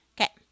Okay